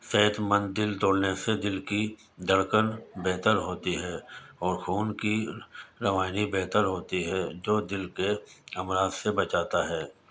صحت مند دل توڑنے سے دل کی دھڑکن بہتر ہوتی ہے اور خون کی روانی بہتر ہوتی ہے جو دل کے امراض سے بچاتا ہے